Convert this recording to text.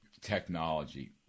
technology